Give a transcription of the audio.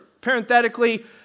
parenthetically